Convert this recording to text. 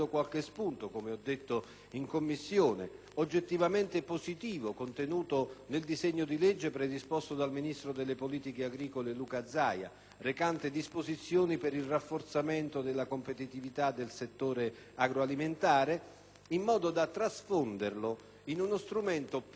in Commissione - oggettivamente positivo contenuto nel disegno di legge predisposto dal ministro delle politiche agricole, alimentari e forestali, Luca Zaia, recante disposizioni per il rafforzamento della competitività del settore agroalimentare, in modo da trasfonderlo in uno strumento più veloce,